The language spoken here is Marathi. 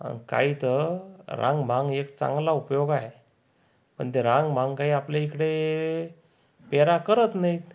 आणि काही तर रांग बांग हे एक चांगला उपयोग आहे पण ते रांग बांग काही आपल्या इकडे पेरा करत नाहीत